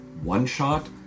one-shot